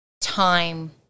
time